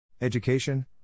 Education